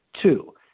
Two